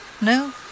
No